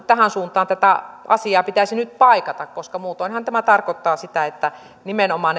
tähän suuntaan tätä asiaa pitäisi nyt paikata koska muutoinhan tämä tarkoittaa sitä että nimenomaan